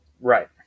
Right